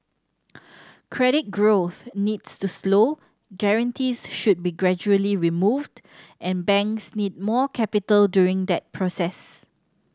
credit growth needs to slow guarantees should be gradually removed and banks need more capital during that process